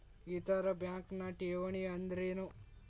ಇತರ ಬ್ಯಾಂಕ್ನ ಠೇವಣಿ ಅನ್ದರೇನು?